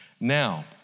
Now